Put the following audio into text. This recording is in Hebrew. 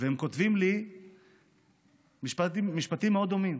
והם כותבים לי משפטים מאוד דומים: